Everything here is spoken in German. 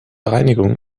reinigung